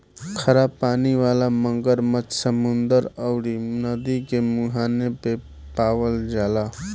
खरा पानी वाला मगरमच्छ समुंदर अउरी नदी के मुहाने पे पावल जाला